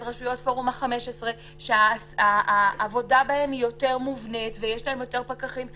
את רשויות פורום ה-15 שהעבודה בהן יותר מובנית ויש להן יותר פקחים.